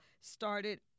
started